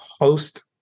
host